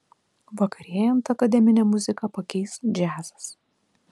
vakarėjant akademinę muziką pakeis džiazas